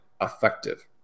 effective